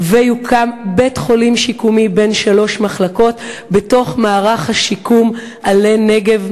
ויוקם בית-חולים שיקומי בן שלוש מחלקת בתוך מערך השיקום "עלה נגב,